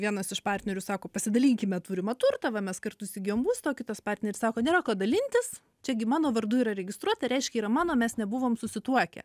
vienas iš partnerių sako pasidalinkime turimą turtą va mes kartu įsigijom būstą o kitas partneris sako nėra kuo dalintis čiagi mano vardu yra registruota reiškia yra mano mes nebuvom susituokę